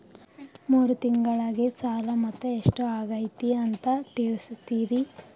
ಮೂರು ತಿಂಗಳಗೆ ಸಾಲ ಮೊತ್ತ ಎಷ್ಟು ಆಗೈತಿ ಅಂತ ತಿಳಸತಿರಿ?